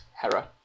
Hera